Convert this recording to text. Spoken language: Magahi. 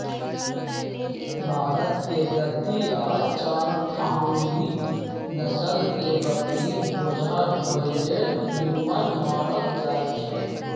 भारतके गद्दी आ चांगथागी नसल के बकरि बोझा ढोय लेल निम्मन मानल जाईछइ